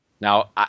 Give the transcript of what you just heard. Now